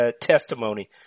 testimony